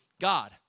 God